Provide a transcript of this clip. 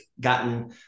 gotten